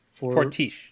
Fortiche